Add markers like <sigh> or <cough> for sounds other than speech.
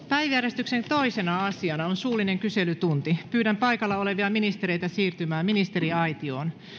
<unintelligible> päiväjärjestyksen toisena asiana on suullinen kyselytunti pyydän paikalla olevia ministereitä siirtymään ministeriaitioon